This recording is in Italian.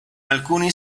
alcuni